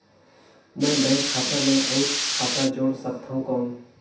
मैं बैंक खाता मे और खाता जोड़ सकथव कौन?